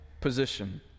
position